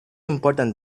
important